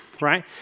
right